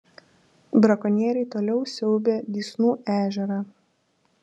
brakonieriai toliau siaubia dysnų ežerą